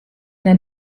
den